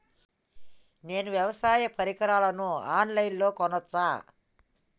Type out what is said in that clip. నేను వ్యవసాయ పరికరాలను ఆన్ లైన్ లో కొనచ్చా?